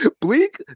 Bleak